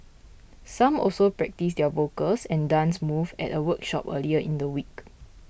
some also practised their vocals and dance moves at a workshop earlier in the week